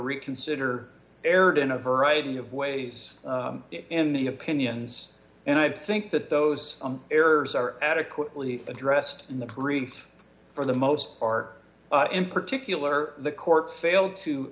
reconsider erred in a variety of ways in the opinions and i'd think that those errors are adequately addressed in the brief for the most part in particular the court failed to